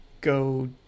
go